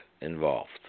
involved